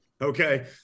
Okay